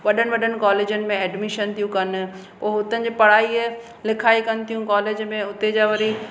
वॾनि वॾनि कॉलेजनि में ऐडमिशन थियूं कनि पो हुतां जी पढ़ाई लिखाई कनि तियूं कॉलेज में उते जा वरी